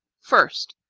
first.